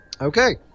Okay